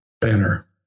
banner